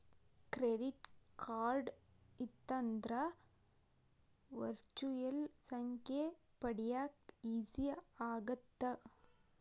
Credit card ಇತ್ತಂದ್ರ virtual ಸಂಖ್ಯೆ ಪಡ್ಯಾಕ ಈಜಿ ಆಗತ್ತ?